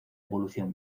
evolución